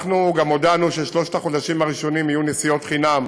אנחנו גם הודענו שבשלושת החודשים הראשונים יהיו נסיעות חינם